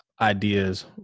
ideas